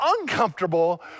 uncomfortable